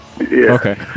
Okay